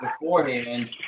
beforehand